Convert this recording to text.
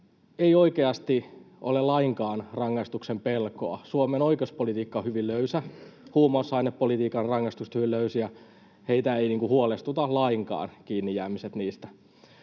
ei oikeasti ole lainkaan rangaistuksen pelkoa. Suomen oikeuspolitiikka on hyvin löysä, huumausainepolitiikan rangaistukset hyvin löysiä, heitä ei huolestuta lainkaan kiinnijäämiset. Siellä